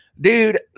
Dude